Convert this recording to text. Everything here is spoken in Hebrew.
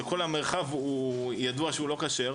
שכל המרחב ידוע שהוא לא כשר,